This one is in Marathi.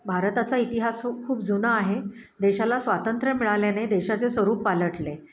भारताचा इतिहास खूप जुना आहे देशाला स्वातंत्र्य मिळाल्याने देशाचे स्वरूप पालटले